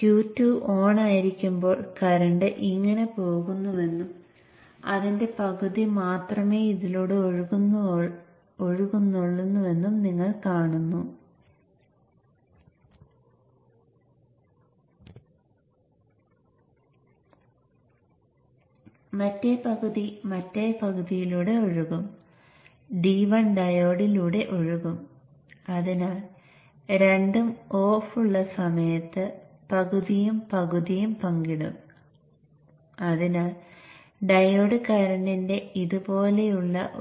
half ബ്രിഡ്ജിന് സമാനമായ കറന്റിന്റെ പകുതി സ്വിച്ചുകളിൽ ഒഴുകും സ്വിച്ചുകളുടെ അതേ റേറ്റിംഗിനുള്ള ഹാഫ് ബ്രിഡ്ജുമായി താരതമ്യപ്പെടുത്തുമ്പോൾ ഫുൾ ബ്രിഡ്ജ്